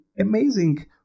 amazing